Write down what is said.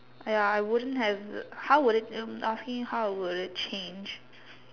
!aiay! I wouldn't have how would it I was asking how would it change